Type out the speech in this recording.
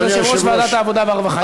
של יושב-ראש ועדת העבודה והרווחה.